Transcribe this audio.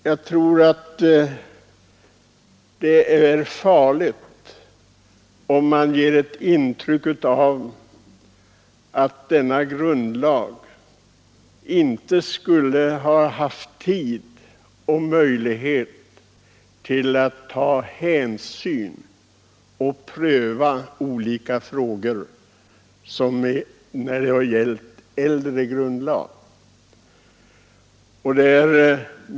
Jag tror emellertid det är farligt att försöka ge intryck av att man vid tillkomsten av denna grundlag inte skulle ha haft tillräcklig tid och möjlighet att sätta sig in i olika problem och pröva olika frågor som har gällt äldre grundlagar.